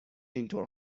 اینطور